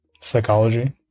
psychology